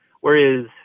Whereas